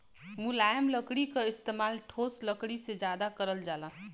मुलायम लकड़ी क इस्तेमाल ठोस लकड़ी से जादा करल जाला